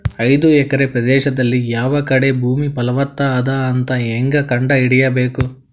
ಐದು ಎಕರೆ ಪ್ರದೇಶದಲ್ಲಿ ಯಾವ ಕಡೆ ಭೂಮಿ ಫಲವತ ಅದ ಅಂತ ಹೇಂಗ ಕಂಡ ಹಿಡಿಯಬೇಕು?